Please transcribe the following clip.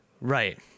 right